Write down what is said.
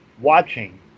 watching